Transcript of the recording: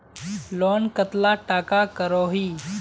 Loan कतला टाका करोही?